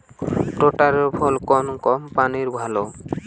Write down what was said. রোটারের ফল কোন কম্পানির ভালো?